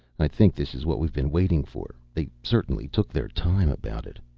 i think this is what we've been waiting for. they certainly took their time about it.